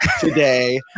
today